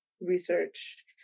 research